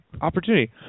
opportunity